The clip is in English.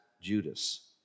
Judas